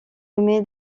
nommé